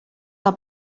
que